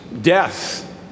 death